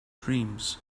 dreams